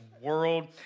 world